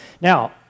now